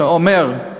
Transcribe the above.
שאומר,